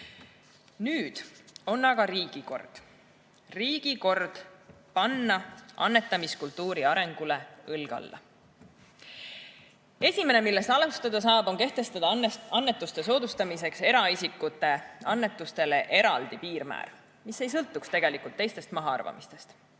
Nüüd on aga riigi kord. On riigi kord panna annetamiskultuuri arengule õlg alla. Esimene, millest alustada saab, on see: võiks kehtestada annetuste soodustamiseks eraisikute annetustele eraldi piirmäära, mis ei sõltuks teistest mahaarvamistest.